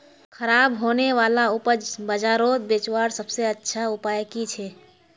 ख़राब होने वाला उपज बजारोत बेचावार सबसे अच्छा उपाय कि छे?